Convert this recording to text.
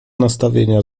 nastawienia